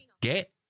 get